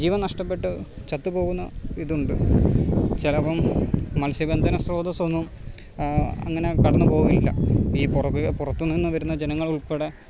ജീവൻ നഷ്ടപ്പെട്ട് ചത്തു പോകുന്ന ഇതുണ്ട് ചിലപ്പോള് മത്സ്യബന്ധന സ്രോതസ്സൊന്നും അങ്ങനെ കടന്ന് പോകില്ല ഈ പൊറക് പുറത്തു നിന്നു വരുന്ന ജനങ്ങളുൾപ്പടെ